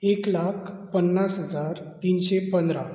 एक लाख पन्नास हजार तिनशें पंदरा